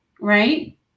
right